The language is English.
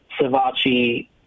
Savachi